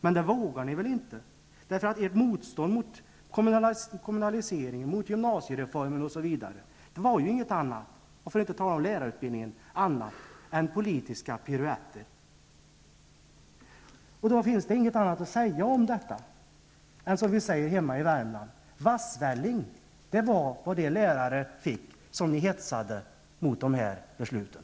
Men det vågar ni väl inte, därför att ert motstånd mot kommunaliseringen, gymnasiereformen och lärarutbildningen var inget annat än politiska piruetter. Då finns det inget annat att säga om detta än det som vi säger hemma i Värmland: Vassvälling var vad de lärare fick som ni hetsade mot de här besluten.